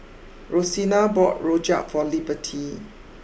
Rosina bought Rojak for Liberty